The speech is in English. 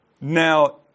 Now